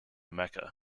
mecca